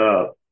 up